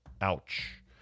Ouch